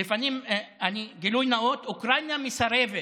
גילוי נאות, אוקראינה מסרבת